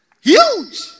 huge